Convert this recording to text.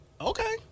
Okay